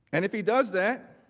and if he does that,